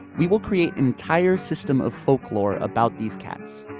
we will create entire system of folklore about these cats.